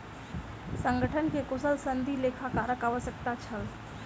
संगठन के कुशल सनदी लेखाकारक आवश्यकता छल